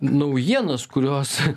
naujienas kurios